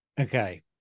Okay